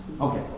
Okay